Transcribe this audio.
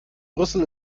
brüssel